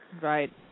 Right